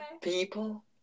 People